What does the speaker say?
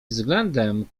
względem